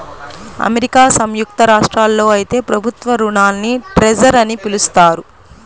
America సంయుక్త రాష్ట్రాల్లో అయితే ప్రభుత్వ రుణాల్ని ట్రెజర్ అని పిలుస్తారు